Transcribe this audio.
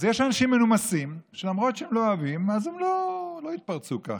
אז יש אנשים מנומסים שלמרות שהם לא אוהבים אז הם לא יתפרצו ככה,